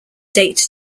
date